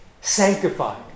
Sanctified